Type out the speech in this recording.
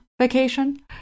vacation